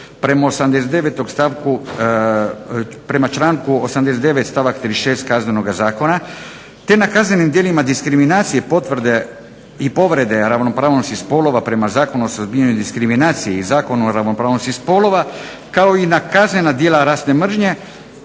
prema članku 89. stavak 36. Kaznenoga zakona te na kaznenim djelima diskriminacije potvrde i povrede ravnopravnosti spolova prema Zakonu o suzbijanju diskriminacije i Zakonu o ravnopravnosti spolova kao i na kaznena djela rasne mržnje